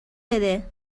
بده